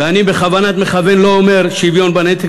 ואני בכוונת מכוון לא אומר "שוויון בנטל",